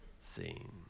seen